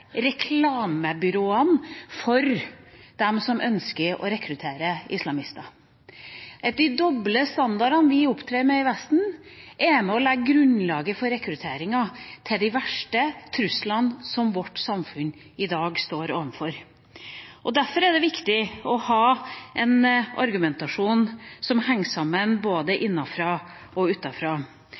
for dem som ønsker å rekruttere islamister, at de doble standardene vi opptrer med i Vesten, er med og legger grunnlaget for rekrutteringa til de verste truslene som vårt samfunn i dag står overfor. Derfor er det viktig å ha en argumentasjon som henger sammen både innenfra og